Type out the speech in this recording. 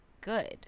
good